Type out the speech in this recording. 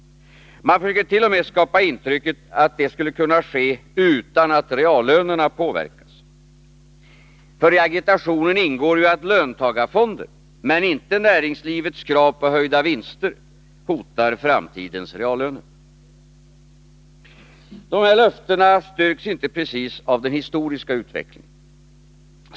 Man försöker t.o.m. skapa intrycket att detta skulle kunna ske utan att reallönerna påverkas. I agitationen ingår ju att löntagarfonder — men inte näringslivets krav på höjda vinster — hotar framtidens reallöner. De här löftena styrks inte precis av den historiska utvecklingen.